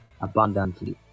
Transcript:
abundantly